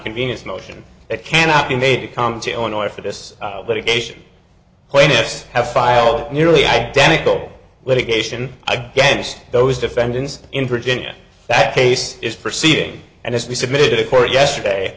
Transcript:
convenience motion it cannot be made to come to illinois for this litigation plaintiffs have file nearly identical litigation against those defendants in virginia that case is proceeding and as we submitted a court yesterday